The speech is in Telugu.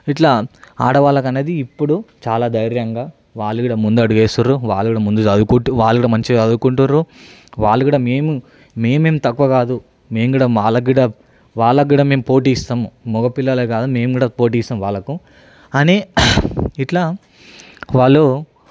ఇట్లా ఆడవాళ్లకు అనేది ఇప్పుడు చాలా ధైర్యంగా వాళ్ళు కూడా ముందడుగు వేస్తుండ్రు వాళ్ళ కూడా ముందు చదువుకుంటే వాళ్ళు కూడా మంచిగా చదుకుంటుండ్రు వాళ్ళు కూడా మేము మేమేం తక్కువ కాదు మేము కూడా వాళ్ళకు కూడా వాళ్ళకు కూడా వాళ్ళకు కూడా మేము పోటీ ఇస్తాం మగ పిల్లలే కాదు మేము కూడా పోటీ ఇస్తాం వాళ్ళకు అని ఇలా వాళ్ళు